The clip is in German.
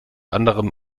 anderem